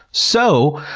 so,